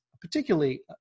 particularly